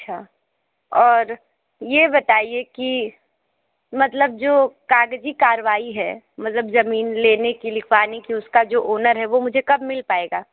अच्छा और यह बताइए की मतलब जो कागज़ी कार्यवाई है मतलब ज़मीन लेने की लिखवाने की उसका जो ओनर है वह मुझे कब मिल पाएगा